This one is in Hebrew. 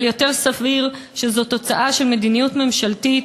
אבל יותר סביר שזאת תוצאה של מדיניות ממשלתית,